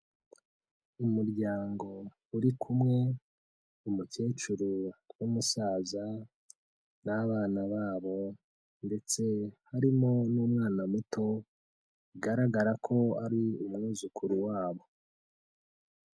Umuryango uri kumwe, umukecuru n'umusaza n'abana babo, ndetse harimo n'umwana muto, bigaragara ko ari umwuzukuru wabo.